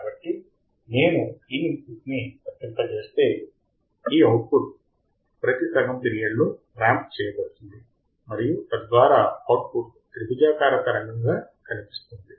కాబట్టి నేను ఈ ఇన్పుట్ ని వర్తింపజేస్తే ఈ అవుట్పుట్ ప్రతి సగం పిరియడ్ లో ర్యాంప్ చేయబడుతుంది మరియు తద్వారా అవుట్పుట్ త్రిభుజాకార తరంగంగా కనిపిస్తుంది